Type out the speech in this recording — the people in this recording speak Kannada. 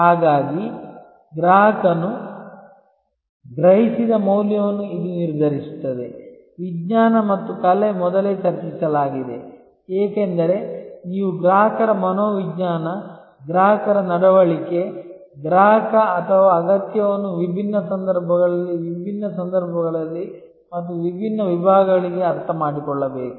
ಹಾಗಾಗಿ ಗ್ರಾಹಕನು ಗ್ರಹಿಸಿದ ಮೌಲ್ಯವನ್ನು ಇದು ನಿರ್ಧರಿಸುತ್ತದೆ ವಿಜ್ಞಾನ ಮತ್ತು ಕಲೆ ಮೊದಲೇ ಚರ್ಚಿಸಲಾಗಿದೆ ಏಕೆಂದರೆ ನೀವು ಗ್ರಾಹಕರ ಮನೋವಿಜ್ಞಾನ ಗ್ರಾಹಕರ ನಡವಳಿಕೆ ಗ್ರಾಹಕ ಅಥವಾ ಅಗತ್ಯವನ್ನು ವಿಭಿನ್ನ ಸಂದರ್ಭಗಳಲ್ಲಿ ವಿಭಿನ್ನ ಸಂದರ್ಭಗಳಲ್ಲಿ ಮತ್ತು ವಿಭಿನ್ನ ವಿಭಾಗಗಳಿಗೆ ಅರ್ಥಮಾಡಿಕೊಳ್ಳಬೇಕು